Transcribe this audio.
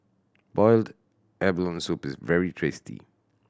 boiled abalone soup is very tasty